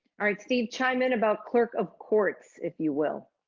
all right steve, chime in about clerk of courts if you will.